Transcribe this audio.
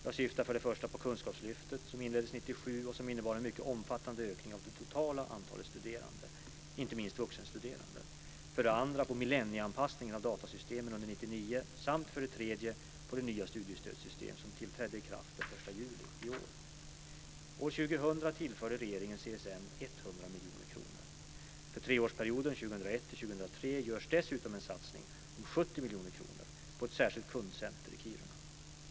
Jag syftar, för det första, på Kunskapslyftet som inleddes 1997 och som innebar en mycket omfattande ökning av det totala antalet studerande, inte minst vuxenstuderande, för det andra på millennieanpassningen av datasystemen under 1999 samt, för det tredje, på det nya studiestödssystem som trädde i kraft den 1 juli i år. År 2000 tillförde regeringen CSN 100 miljoner kronor. För treårsperioden 2001-2003 görs dessutom en satsning om 70 miljoner kronor på ett särskilt kundcenter i Kiruna.